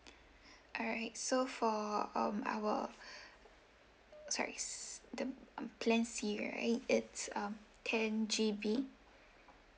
alright so for um our sorry the um plan C right it's um ten G_B